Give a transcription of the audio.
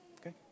Okay